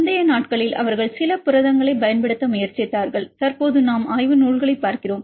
முந்தைய நாட்களில் அவர்கள் சில புரதங்களைப் பயன்படுத்த முயற்சித்தார்கள் தற்போது நாம் ஆய்வு நூல்களை பார்க்கிறோம்